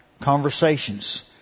conversations